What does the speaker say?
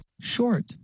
Short